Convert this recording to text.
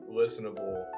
listenable